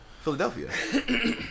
Philadelphia